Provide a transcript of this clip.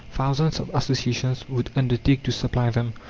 thousands of associations would undertake to supply them.